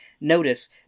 notice